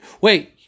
wait